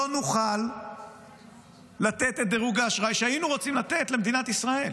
לא נוכל לתת את דירוג האשראי שהיינו רוצים לתת למדינת ישראל.